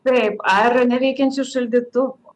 taip ar neveikiančių šaldytuvų